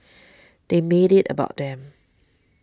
they made it about them